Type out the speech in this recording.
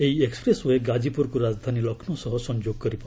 ଏହି ଏକ୍ନପ୍ରେସ୍ଓ୍ବେ ଗାଜିପୁରକୁ ରାଜଧାନୀ ଲକ୍ଷ୍ନୌ ସହ ସଂଯୋଗ କରିବ